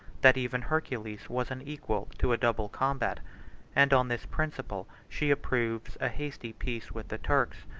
that even hercules was unequal to a double combat and, on this principle, she approves a hasty peace with the turks,